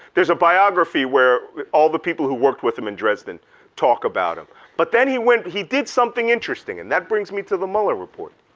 there's a biography where all the people who worked with him in dresden talk about him but then he went and he did something interesting and that brings me to the mueller report.